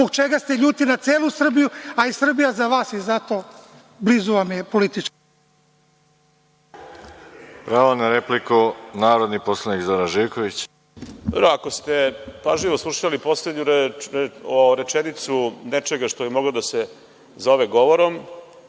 zbog čega ste ljuti na celu Srbiju, a i Srbija na vas i zato blizu vam je politički